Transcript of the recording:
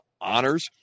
honors